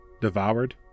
devoured